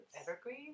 Evergreen